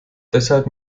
deshalb